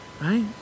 Right